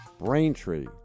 Braintree